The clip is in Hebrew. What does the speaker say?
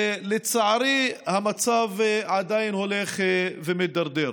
ולצערי המצב עדיין הולך ומידרדר.